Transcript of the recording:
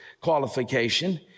qualification